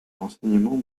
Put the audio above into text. renseignement